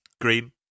Green